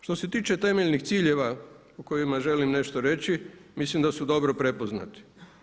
Što se tiče temeljnih ciljeva o kojima želim nešto reći mislim da su dobro prepoznati.